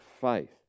faith